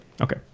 Okay